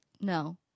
No